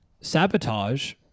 sabotage